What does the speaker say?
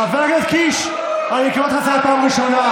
חבר הכנסת קיש, אני קורא אותך לסדר פעם ראשונה.